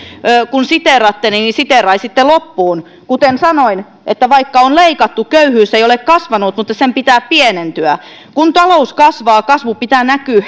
kun siteeraatte niin myöskin siteeraisitte loppuun kuten sanoin vaikka on leikattu köyhyys ei ole kasvanut mutta sen pitää pienentyä kun talous kasvaa kasvun pitää näkyä